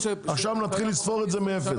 עכשיו נתחיל לספור את זה מאפס.